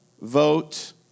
vote